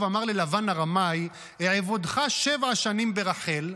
אמר ללבן הרמאי: "אעבדך שבע שנים ברחל",